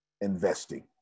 investing